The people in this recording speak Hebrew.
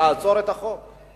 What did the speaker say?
תעצור את החוק,